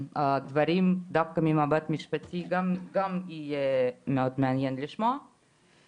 דווקא ממבט משפטי גם יהיה מאוד מעניין לשמוע את הדברים.